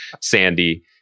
Sandy